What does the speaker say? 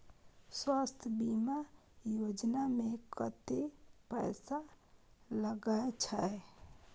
स्वास्थ बीमा योजना में कत्ते पैसा लगय छै?